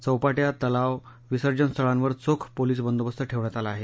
चौपाट्या तलाव विसर्जन स्थळांवर चोख पोलिस बंदोबस्त ठेवण्यात आला आहे